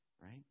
Right